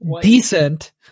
decent